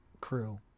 crew